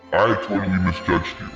i totally misjudged